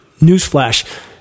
Newsflash